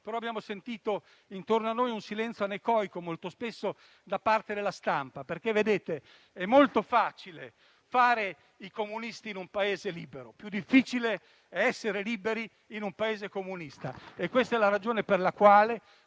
ma abbiamo sentito intorno a noi un silenzio anecoico, molto spesso da parte della stampa. Infatti, è molto facile fare i comunisti in un Paese libero, ma è più difficile essere liberi in un Paese comunista. Questa è la ragione per la quale